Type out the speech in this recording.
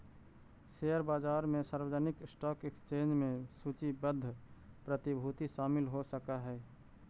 share बाजार में सार्वजनिक स्टॉक एक्सचेंज में सूचीबद्ध प्रतिभूति शामिल हो सकऽ हइ